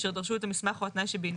אשר דרשו את המסמך או התנאי שבעניינו